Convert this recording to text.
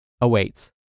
awaits